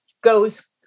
goes